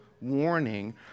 warning